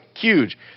huge